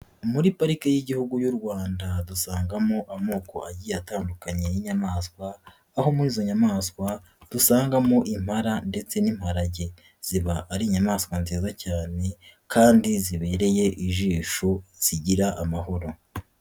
Muri pariki y'Igihugu y'u Rwanda dusangamo amoko agiye atandukanye y'inyamaswa aho muri izo nyamaswa dusangamo impara ndetse n'imparage, ziba ari inyamaswa nziza cyane kandi zibereye ijisho zigira amahoro.